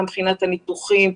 גם מבחינת הניתוחים.